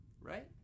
Right